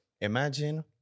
imagine